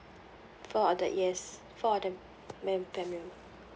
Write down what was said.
four of the yes four of them me and family